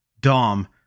dom